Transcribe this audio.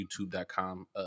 youtube.com